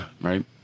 Right